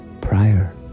prior